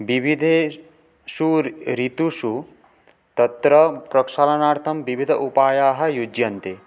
विविधेषु रि ऋतुषु तत्र प्रक्षालनार्थं विविध उपायाः युज्यन्ते